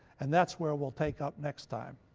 and that's where we'll take up next time.